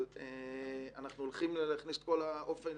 אבל אנחנו הולכים להכניס את אופי